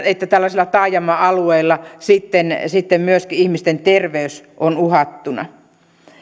että tällaisilla taajama alueilla sitten myöskin ihmisten terveys on uhattuna